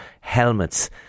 helmets